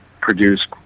produce